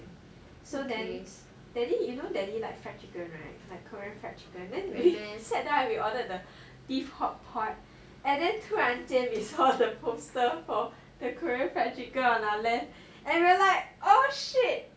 so then you daddy you know daddy like fried chicken right like korean fried chicken then we sat down and ordered the beef hot pot and then 突然间 we saw the poster for the korean fried chicken on our left and we realise oh shit